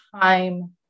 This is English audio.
time